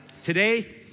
today